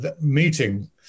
meeting